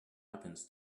happens